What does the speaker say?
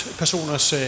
personers